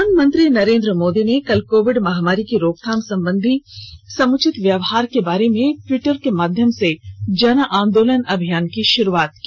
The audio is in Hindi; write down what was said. प्रधानमंत्री नरेन्द्र मोदी ने कल कोविड महामारी की रोकथाम संबंधी समुचित व्यवहार के बारे में ट्वीटर के माध्यम से जन आंदोलन अभियान की शुरूआत की